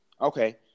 Okay